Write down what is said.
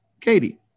Katie